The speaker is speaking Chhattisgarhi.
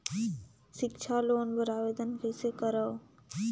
सिक्छा लोन बर आवेदन कइसे करव?